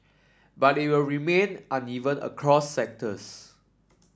but it will remain uneven across sectors